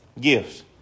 gifts